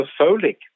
folic